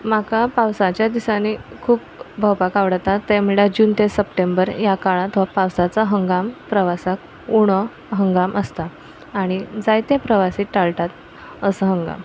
म्हाका पावसाच्या दिसांनी खूब भोंवपाक आवडटा तें म्हणल्यार जून ते सप्टेंबर ह्या काळांत हो पावसाचो हंगाम प्रवासाक उणो हंगाम आसता आनी जायते प्रवासी टाळटात असो हंगाम